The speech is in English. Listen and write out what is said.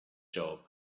job